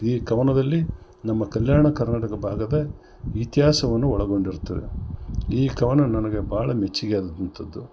ಈ ಕವನದಲ್ಲಿ ನಮ್ಮ ಕಲ್ಯಾಣ ಕರ್ನಾಟಕ ಭಾಗದ ಇತಿಹಾಸವನ್ನು ಒಳಗೊಂಡಿರ್ತದೆ ಈ ಕವನ ನನಗೆ ಭಾಳ ಮೆಚ್ಚಿಗೆಯಾದಂಥದ್ದು